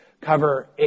cover